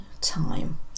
time